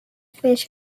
fish